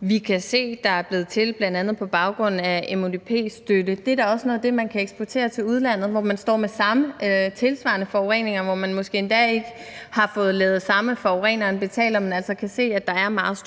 vi kan se er blevet til bl.a. på baggrund af MUDP-støtte, da også er noget af det, man kan eksportere til udlandet, hvor man står med tilsvarende forureninger, og hvor man måske endda heller ikke har fået lavet det sådan, at forureneren betaler, men altså kan se, at der er meget store